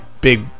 big